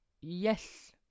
Yes